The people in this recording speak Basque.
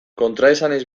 kontraesanez